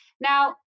Now